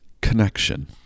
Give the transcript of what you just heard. connection